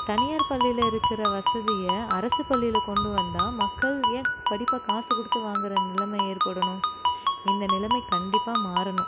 தனியார் பள்ளியில் இருக்கிற வசதியை அரசுப் பள்ளியில் கொண்டு வந்தால் மக்கள் ஏன் படிப்பை காசு கொடுத்து வாங்கிற நிலைமை ஏற்படணும் இந்த நிலைமை கண்டிப்பாக மாறணும்